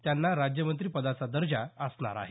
त्यांना राज्य मंत्री पदाचा दर्जा असणार आहे